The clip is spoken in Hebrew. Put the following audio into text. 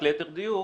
רק ליתר דיוק,